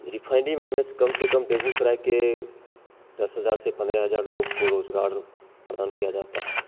refinery में कम से कम बेगुसराय के दस हज़ार से पन्द्रह हज़ार लोगों को रोज़गार प्रदान किया जाता है